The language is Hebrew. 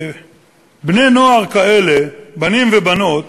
מבני-נוער כאלה, בנים ובנות,